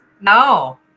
no